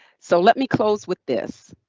so let me close with this.